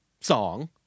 Song